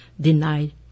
denied